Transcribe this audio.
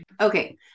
Okay